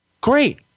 Great